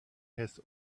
has